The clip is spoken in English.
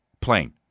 plane